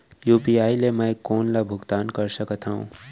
UPI ले मैं कोन कोन ला भुगतान कर सकत हओं?